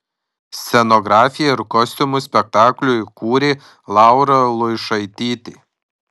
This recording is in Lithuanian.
scenografiją ir kostiumus spektakliui kūrė laura luišaitytė